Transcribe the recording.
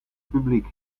publiek